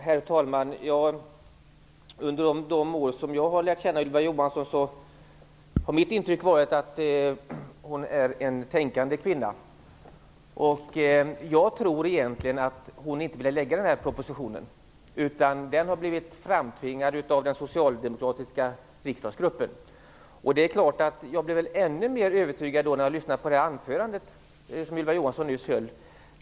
Herr talman! Under de år som jag har lärt känna Ylva Johansson har mitt intryck varit att hon är en tänkande kvinna. Jag tror egentligen att hon inte ville lägga fram den här propositionen. Jag tror att den har blivit framtvingad av den socialdemokratiska riksdagsgruppen. Jag blev ännu mer övertygad om det när jag lyssnade på det anförande som Ylva Johansson nyss höll.